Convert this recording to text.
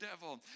devil